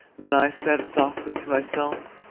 then i said softly to myself,